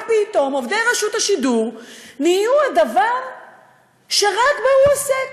אבל פתאום עובדי רשות השידור נהיו הדבר שרק בו הוא עוסק.